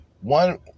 One